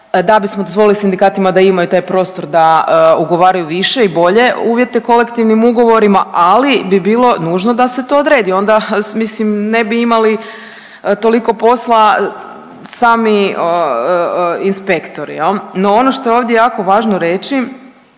da bismo dozvolili sindikatima da imaju taj prostor da ugovaraju više i bolje uvjete kolektivnim ugovorima, ali bi bilo nužno da se to odredi, onda mislim ne bi imali toliko posla sami inspektori jel. No ono što je ovdje jako važno reći